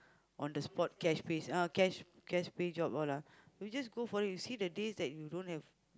on the spot cash pays ah cash cash pay job all ah you just go for it you see the days that you don't have